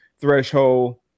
threshold